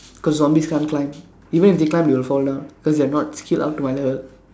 cause zombies can't climb even if they climb they will fall down cause they are not skilled up to my level